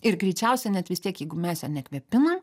ir greičiausia net vis tiek jeigu mes jo nekvėpina